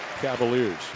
Cavaliers